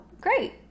Great